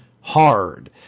hard